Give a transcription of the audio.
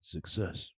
Success